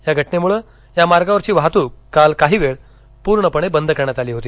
या घटनेमुळं या मार्गावरची वाहतूक काल काही वेळ पूर्ण पणे बंद करण्यात आली होती